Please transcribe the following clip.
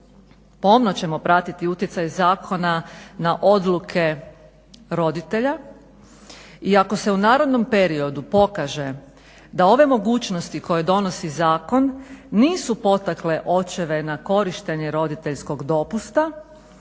pomno ćemo pratiti utjecaj zakona na odluke roditelja. I ako se u narednom periodu pokaže da ove mogućnosti koje donosi zakon, nisu potakle očeve na korištenje roditeljskog dopusta